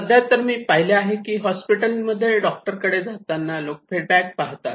सध्या तर मी पाहिले आहे की आपण हॉस्पिटलमध्ये डॉक्टर कडे जाताना लोक फीडबॅक पाहतात